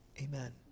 Amen